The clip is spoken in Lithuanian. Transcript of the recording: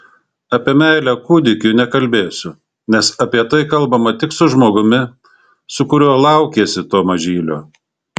apie meilę kūdikiui nekalbėsiu nes apie tai kalbama tik su žmogumi su kuriuo laukiesi to mažylio